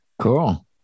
Cool